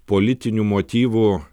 politinių motyvų